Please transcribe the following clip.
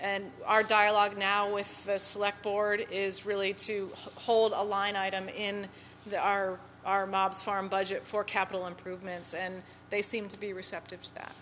and our dialogue now with a select board is really to hold a line item in the our our mobs farm budget for capital improvements and they seem to be receptive to that